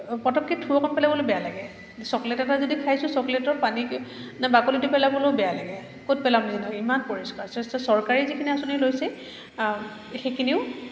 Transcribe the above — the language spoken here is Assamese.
পটককৈ থু অকণ পেলাবলৈয়ো বেয়া লাগে চকলেট এটা যদি খাইছোঁ চকলেটৰ পানী না বাকলিটো পেলাবলৈয়ো বেয়া লাগে ক'ত পেলাম যি নহওক ইমান পৰিষ্কাৰ যথেষ্ট চৰকাৰী যিখিনি আঁচনি লৈছে সেইখিনিও